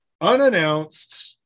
unannounced